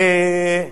כל הכבוד.